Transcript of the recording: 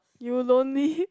you lonely